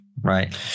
right